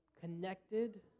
connected